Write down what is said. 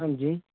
ਹਾਂਜੀ